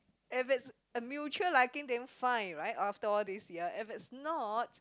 if it's there's a mutual liking then fine right after all this year if it's not